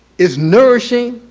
is nourishing,